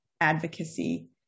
advocacy